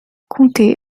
compter